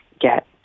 get